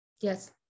Yes